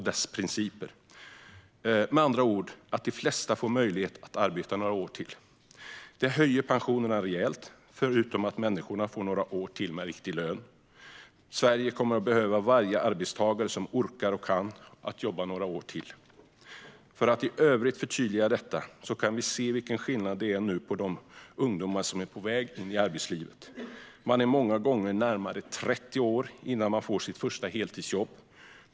Det innebär med andra ord att de flesta får möjlighet att arbeta några år till. Det höjer pensionerna rejält, förutom att människor får några år till med riktig lön. Att varje arbetstagare som orkar och kan jobbar ett par år till kommer Sverige att behöva. För att i övrigt förtydliga detta kan vi se vilken skillnad det är nu på de ungdomar som är på väg in i arbetslivet. De är många gånger närmare 30 år innan de får sitt första heltidsjobb.